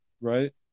Right